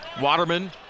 Waterman